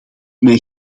mij